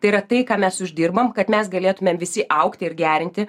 tai yra tai ką mes uždirbam kad mes galėtumėm visi augti ir gerinti